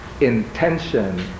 intention